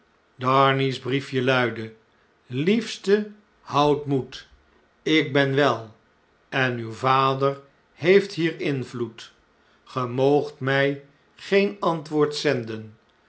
darnay's briefje luidde liefste houd moed ik ben wel en uw vader heeft hier invloed ge moogt mji geen antwoord zenden